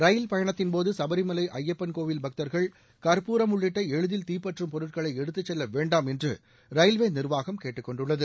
ரயில் பயணத்தின்போது சுபரிமலை ஜயப்பன் கோவில் பக்தர்கள் கற்பூரம் உள்ளிட்ட எளிதில் தீப்பற்றும் பொருட்களை எடுத்துச் செல்ல வேண்டாம் என்று ரயில்வே நீர்வாகம் கேட்டுக் கொண்டுள்ளது